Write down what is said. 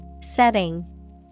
Setting